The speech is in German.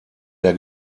der